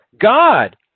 God